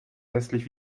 hässlich